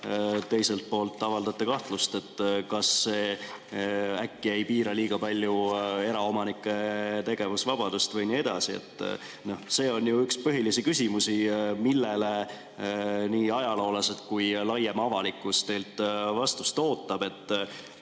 Teiselt poolt avaldate kahtlust, kas see äkki ei piira liiga palju eraomanike tegevusvabadust või nii edasi. See on ju üks põhilisi küsimusi, millele nii ajaloolased kui ka laiem avalikkus teilt vastust ootab.